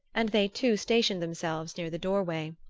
and they too stationed themselves near the doorway.